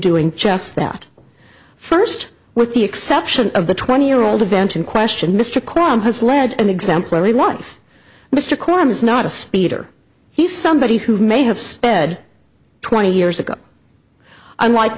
doing just that first with the exception of the twenty year old event in question mr crump has led an exemplary life mr cohen is not a speeder he's somebody who may have sped twenty years ago unlike